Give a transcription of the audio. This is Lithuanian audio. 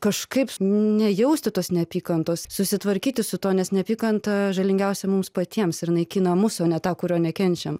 kažkaip nejausti tos neapykantos susitvarkyti su tuo nes neapykanta žalingiausia mums patiems ir naikina mus o ne tą kurio nekenčiam